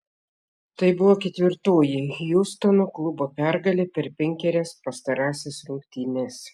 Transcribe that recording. tai buvo ketvirtoji hjustono klubo pergalė per penkerias pastarąsias rungtynes